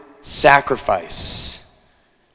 sacrifice